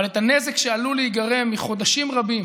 אבל את הנזק שעלול להיגרם מחודשים רבים